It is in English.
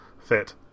fit